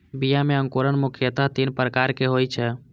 बीया मे अंकुरण मुख्यतः तीन प्रकारक होइ छै